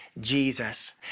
Jesus